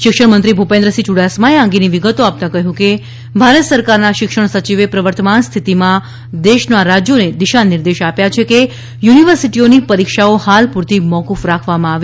શિક્ષણમંત્રી ભૂપેન્દ્રસિંહ યુડાસમાએ આ અંગેની વિગતો આપતાં કહ્યું કે ભારત સરકારના શિક્ષણ સચિવે પ્રવર્તમાન સ્થિતીમાં દેશના રાજ્યોને દિશાનિર્દેશ આપ્યા છે કે યુનિવર્સિટીઓની પરિક્ષાઓ હાલ પૂરતી મોકૃફ રાખવામાં આવે